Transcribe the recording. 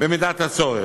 במידת הצורך.